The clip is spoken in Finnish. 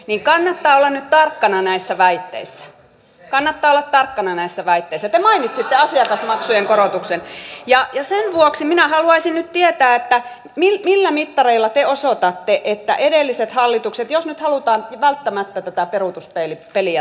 mika mät alle nyt vaikeassa taloudellisessa tilanteessa kannattaa nyt panostaa nimenomaan koulutukseen ja osaamiseen ja myös sen vuoksi minä haluaisin tietää millä millä mittareilla te osoitatte että edellisen hallituksen jos halutaan välttämättä tätä peruutuspeilipeliä